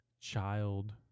child